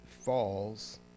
falls